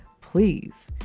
Please